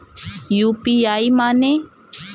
UPI माने?